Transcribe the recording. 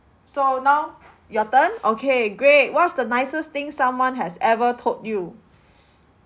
so now your turn okay great what's the nicest thing someone has ever told you